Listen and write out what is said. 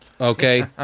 Okay